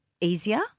easier